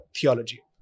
theology